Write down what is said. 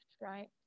right